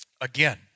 again